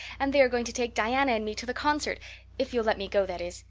and they are going to take diana and me to the concert if you'll let me go, that is.